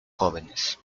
jóvenes